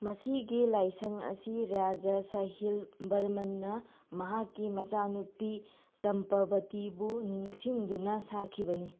ꯃꯁꯤꯒꯤ ꯂꯥꯏꯁꯪ ꯑꯁꯤ ꯔꯖꯥ ꯁꯍꯤꯜ ꯕꯔꯃꯟꯅ ꯃꯍꯥꯛꯀꯤ ꯃꯆꯥꯅꯨꯄꯤ ꯆꯝꯄꯕꯇꯤꯕꯨ ꯅꯤꯡꯁꯤꯡꯗꯨꯅ ꯁꯥꯈꯤꯕꯅꯤ